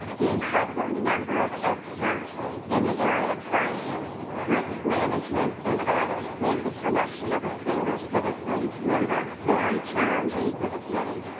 the incredible number of experts in the area of finance, risk management, and audit made the selection of a single citizen member very challenging for the committee.